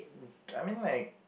I mean like